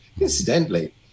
Incidentally